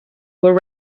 were